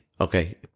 okay